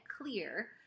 clear